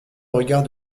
regard